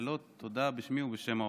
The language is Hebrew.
תודה רבה.